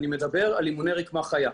אני מדבר על אימוני רקמה חיה,